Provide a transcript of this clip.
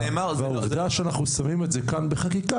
והעובדה שאנחנו שמים את זה כאן בחקיקה,